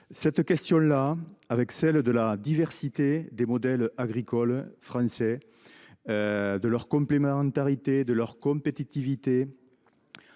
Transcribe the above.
Cette question, ainsi que celle de la diversité des modèles agricoles français, de leur complémentarité, de leur compétitivité,